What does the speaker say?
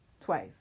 twice